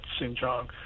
Xinjiang